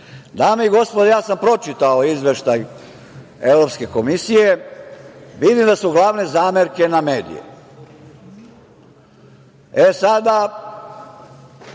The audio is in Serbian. narodni poslanici, ja sam pročitao Izveštaj Evropske komisije, vidim da su glavne zamerke na medije. E, sada,